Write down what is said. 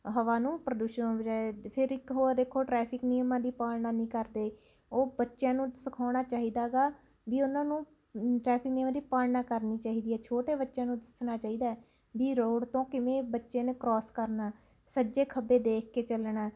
ਹਵਾ ਨੂੰ ਪ੍ਰਦੂਸ਼ਣ ਹੋਣ ਬਚਾਇਆ ਫਿਰ ਇੱਕ ਹੋਰ ਦੇਖੋ ਟਰੈਫਿਕ ਨਿਯਮਾਂ ਦੀ ਪਾਲਣਾ ਨਹੀਂ ਕਰ ਰਹੇ ਉਹ ਬੱਚਿਆਂ ਨੂੰ ਸਿਖਾਉਣਾ ਚਾਹੀਦਾ ਗਾ ਵੀ ਉਨ੍ਹਾਂ ਨੂੰ ਟਰੈਫਿਕ ਨਿਯਮਾਂ ਦੀ ਪਾਲਣਾ ਕਰਨੀ ਚਾਹੀਦੀ ਹੈ ਛੋਟੇ ਬੱਚਿਆਂ ਨੂੰ ਦੱਸਣਾ ਚਾਹੀਦਾ ਹੈ ਵੀ ਰੋਡ ਤੋਂ ਕਿਵੇਂ ਬੱਚੇ ਨੇ ਕ੍ਰੋਸ ਕਰਨਾ ਸੱਜੇ ਖੱਬੇ ਦੇਖ ਕੇ ਚੱਲਣਾ